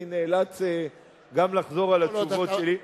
אני נאלץ גם לחזור על התשובות שלי.